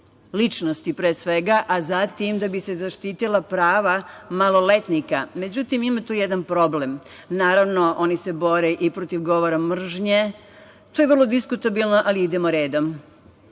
ličnosti pre svega, a zatim da bi se zaštitila prava maloletnika. Međutim, ima tu jedan problem. Naravno, oni se bori i protiv govora mržnje. To je vrlo diskutabilno, ali idemo redom. Što